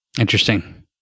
Interesting